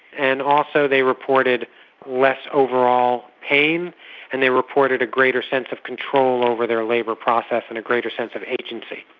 and also they reported less overall pain and they reported a greater sense of control over their labour process and a greater sense of agency.